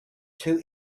two